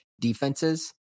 defenses